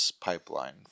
pipeline